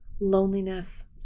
loneliness